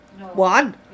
One